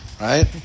right